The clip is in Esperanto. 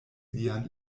lian